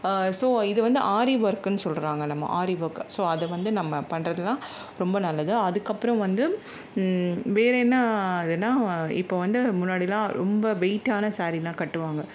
so இது வந்து ஆரி வொர்க்னு சொல்கிறாங்க நம்ம ஆரி ஒர்க் ஸோ அதை வந்து நம்ம பண்ணுறதெல்லாம் ரொம்ப நல்லது அதுக்கப்புறம் வந்து வேறென்ன அது என்ன இப்போ வந்து முன்னாடிலாம் ரொம்ப வெயிட்டான சேரீலாம் கட்டுவாங்க